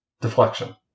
deflection